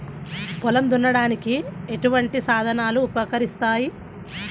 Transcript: పొలం దున్నడానికి ఎటువంటి సాధనలు ఉపకరిస్తాయి?